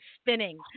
spinning